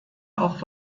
auch